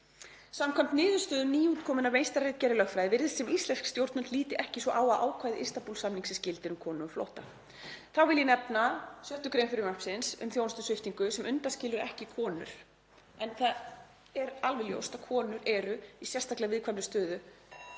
Samkvæmt niðurstöðum nýútkominnar meistararitgerðar í lögfræði virðist sem íslensk stjórnvöld líti ekki svo á að ákvæði Istanbúl-samningsins gildi um konur á flótta. Þá vil ég nefna 6. gr. frumvarpsins um þjónustusviptingu sem undanskilur ekki konur en það er alveg ljóst að konur eru í sérstaklega viðkvæmri stöðu